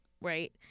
right